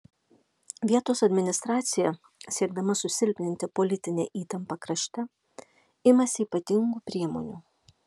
vietos administracija siekdama susilpninti politinę įtampą krašte imasi ypatingų priemonių